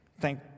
Thank